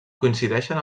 coincideixen